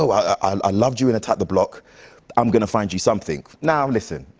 ah ah i loved you in attack the block i'm going to find you something. now, listen.